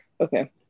Okay